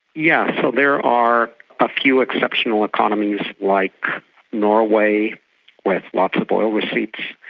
yeah so there are ah few exceptional economies like norway with lots of oil receipts,